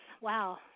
Wow